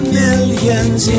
millions